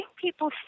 people